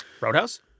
Roadhouse